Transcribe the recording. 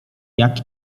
jak